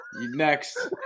Next